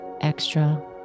extra